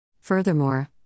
Furthermore